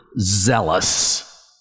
zealous